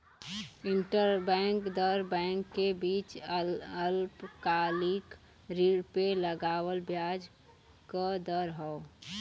interbank दर bank के बीच अल्पकालिक ऋण पे लगावल ब्याज क दर हौ